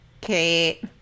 Kate